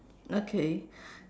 okay